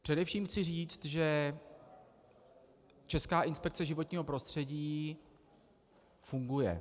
Především chci říct, že Česká inspekce životního prostředí funguje.